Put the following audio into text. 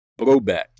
blowback